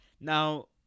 Now